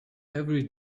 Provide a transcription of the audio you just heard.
every